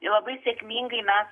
labai sėkmingai mes